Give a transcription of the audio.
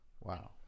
wow